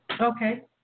Okay